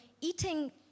eating